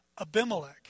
Abimelech